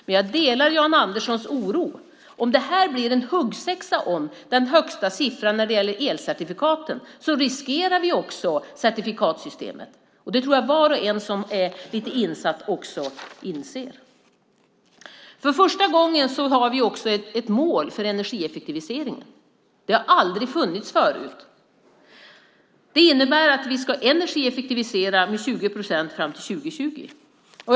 Men jag delar Jan Anderssons oro. Om det blir en huggsexa om den högsta siffran när det gäller elcertifikaten riskerar vi också certifikatssystemet. Det tror jag att var och en som är lite insatt inser. För första gången har vi ett mål för energieffektiviseringen. Det har aldrig funnits förut. Det innebär att vi ska energieffektivisera med 20 procent fram till 2020.